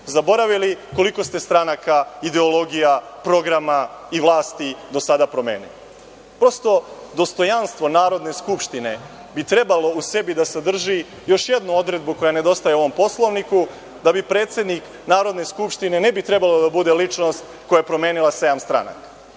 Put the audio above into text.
zaboravili koliko ste stranaka, ideologija, programa i vlasti do sada promenili. Prosto, dostojanstvo Narodne skupštine bi trebalo u sebi da sadrži još jednu odredbu koja nedostaje ovom Poslovniku, a to je da predsednik Narodne skupštine ne bi trebalo da bude ličnost koja je promenila sedam stranaka.